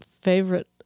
favorite